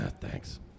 thanks